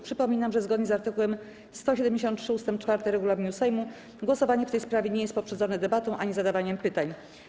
Przypominam, że zgodnie z art. 173 ust. 4 regulaminu Sejmu głosowanie w tej sprawie nie jest poprzedzone debatą ani zadawaniem pytań.